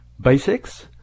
Basics